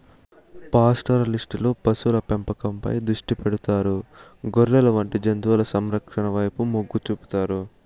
పాస్టోరలిస్టులు పశువుల పెంపకంపై దృష్టి పెడతారు, గొర్రెలు వంటి జంతువుల సంరక్షణ వైపు మొగ్గు చూపుతారు